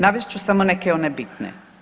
Navest ću samo neke one bitne.